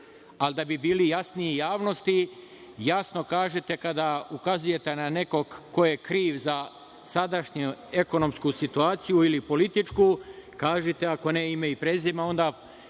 Ali, da li bili jasniji javnosti, jasno kažete, kada ukazujete na nekog ko je kriv za sadašnju ekonomsku situaciju ili političku, kažite ako ne ime i prezime, onda